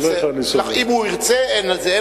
אני יכול לשאול את היושב-ראש, הוא יענה לי.